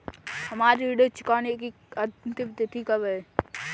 हमारी ऋण चुकाने की अंतिम तिथि कब है?